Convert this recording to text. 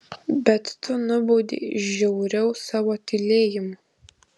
bet tu nubaudei žiauriau savo tylėjimu